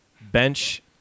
bench